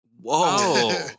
Whoa